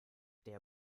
der